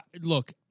look